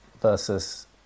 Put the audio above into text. versus